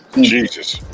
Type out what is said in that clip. Jesus